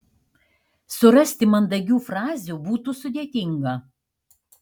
surasti mandagių frazių būtų sudėtinga